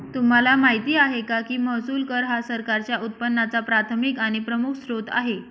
तुम्हाला माहिती आहे का की महसूल कर हा सरकारच्या उत्पन्नाचा प्राथमिक आणि प्रमुख स्त्रोत आहे